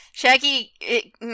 Shaggy